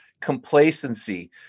complacency